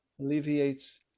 alleviates